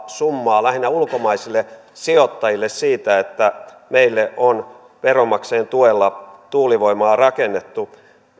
summaa lähinnä ulkomaisille sijoittajille siitä että meille on veronmaksajien tuella tuulivoimaa rakennettu